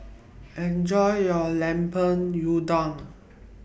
Enjoy your Lemper Udang